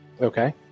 Okay